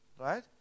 right